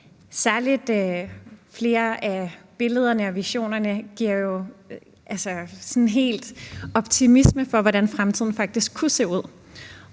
Særlig flere af billederne og visionerne giver jo altså sådan helt optimisme for, hvordan fremtiden faktisk kunne se ud.